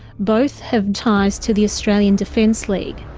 both have ties to the australian defence league,